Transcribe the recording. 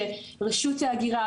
שרשות ההגירה,